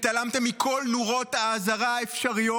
התעלמתם מכל נורות האזהרה האפשריות,